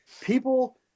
People